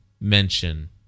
mention